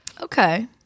okay